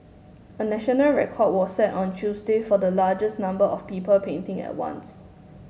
a national record was set on Tuesday for the largest number of people painting at once